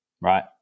right